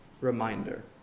reminder